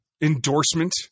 endorsement